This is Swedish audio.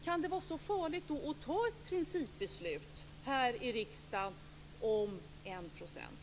Kan det vara så farligt att fatta ett principbeslut här i riksdagen om 1 %?